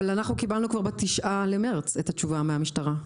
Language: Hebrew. אבל אנחנו קיבלנו כבר ב-9 למרס את התשובה מהמשטרה.